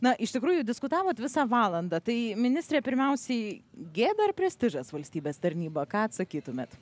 na iš tikrųjų diskutavot visą valandą tai ministrė pirmiausiai gėda ar prestižas valstybės tarnyba ką atsakytumėt